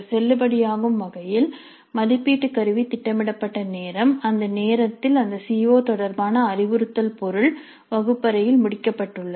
செல்லுபடியாகும் வகையில் மதிப்பீட்டு கருவி திட்டமிடப்பட்ட நேரம் அந்த நேரத்தில் அந்த சி ஓ தொடர்பான அறிவுறுத்தல் பொருள் வகுப்பறையில் முடிக்கப்பட்டுள்ளது